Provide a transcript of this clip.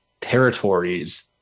territories